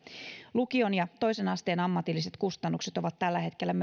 lukion ja toisen asteen ammatilliset kustannukset ovat tällä hetkellä